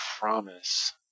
promise